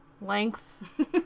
length